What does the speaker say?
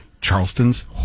Charleston's